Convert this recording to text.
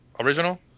Original